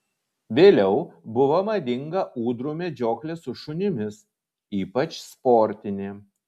vėliau buvo madinga ūdrų medžioklė su šunimis ypač sportinė